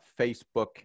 Facebook